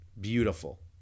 beautiful